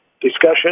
discussion